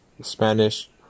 Spanish